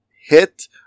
hit